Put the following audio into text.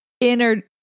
inner